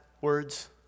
words